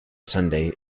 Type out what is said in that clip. sunday